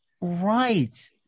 right